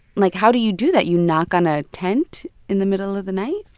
like, how do you do that? you knock on a tent in the middle of the night?